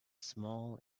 small